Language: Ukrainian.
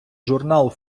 журнал